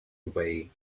away